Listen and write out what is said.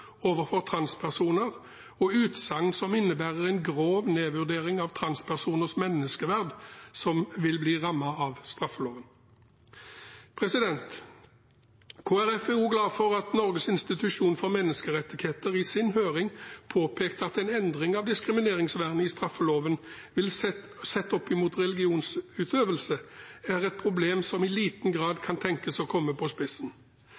overfor transpersoner, og utsagn som innebærer en grov nedvurdering av transpersoners menneskeverd, som vil bli rammet av straffeloven. Kristelig Folkeparti er også glad for at Norges nasjonale institusjon for menneskerettigheter i sin høring påpekte at en endring av diskrimineringsvernet i straffeloven, sett opp mot religionsutøvelse, vil være et problem som i liten grad kan tenkes å bli satt på spissen.